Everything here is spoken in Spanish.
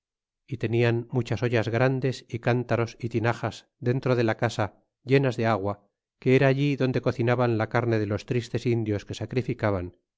y tenian muchas ollas grandes y cántaros y tinajas dentro en la casa llenas de agua que era allí donde cocinaban la carne de los tristes indios que sacrificaban